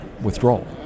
withdrawal